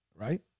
right